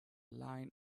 line